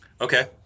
Okay